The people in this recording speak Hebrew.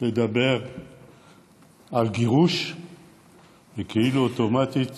לדבר על גירוש שכאילו אוטומטית